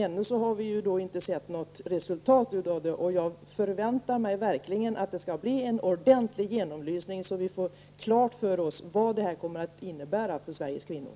Ännu har vi inte sett något resultat. Jag förväntar mig verkligen att det skall bli en ordentlig genomlysning, så att vi får det klart vad det kommer att innebära för Sveriges kvinnor.